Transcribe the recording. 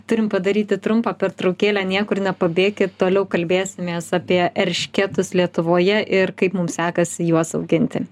turim padaryti trumpą pertraukėlę niekur nepabėkit toliau kalbėsimės apie eršketus lietuvoje ir kaip mums sekasi juos auginti